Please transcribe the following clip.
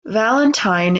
valentine